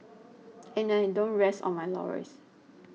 and I don't rest on my laurels